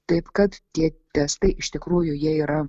taip kad tie testai iš tikrųjų jie yra